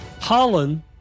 Holland